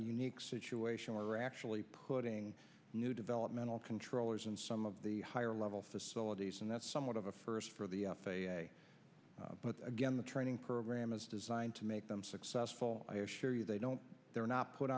unique situation where we're actually putting new developmental controllers in some of the higher level facilities and that's somewhat of a first for the f a a but again the training program is designed to make them successful i assure you they don't they're not put